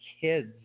kids